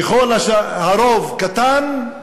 ככל שהרוב קטן,